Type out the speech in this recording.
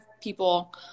people